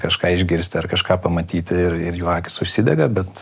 kažką išgirsti ar kažką pamatyti ir ir jo akys užsidega bet